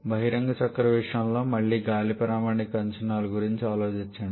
బహిరంగ చక్రం విషయంలో మళ్ళీ గాలి ప్రామాణిక అంచనాల గురించి ఆలోచించండి